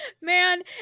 Man